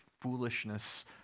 foolishness